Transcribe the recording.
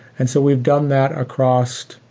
and so we've done that across